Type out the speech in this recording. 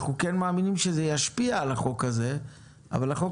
אנחנו כן מאמיניים שזה ישפיע על החוק הזה אבל החוק